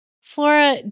Flora